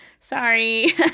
Sorry